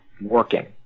working